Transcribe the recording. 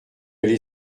allé